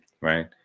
right